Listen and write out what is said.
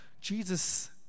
Jesus